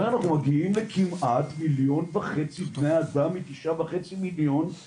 אנחנו מגיעים לכמעט כ-1.5 מיליון בני אדם מתוך 9.5 מיליון אנשים